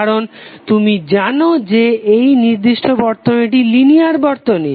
কারণ তুমি জানো যে এই নির্দিষ্ট বর্তনীটি লিনিয়ার বর্তনী